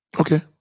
Okay